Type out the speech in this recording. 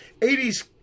80s